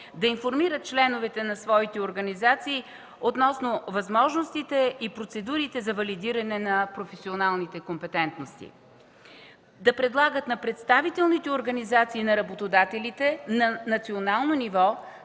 да информират членовете на своите организации относно възможностите и процедурите за валидиране на професионалните компетентности, да предлагат на представителните организации на работодателите на национално ниво